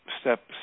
step